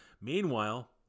Meanwhile